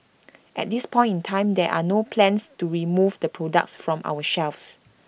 at this point in time there are no plans to remove the products from our shelves